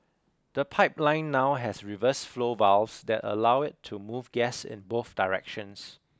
the pipeline now has reverse flow valves that allow it to move gas in both directions